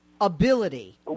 ability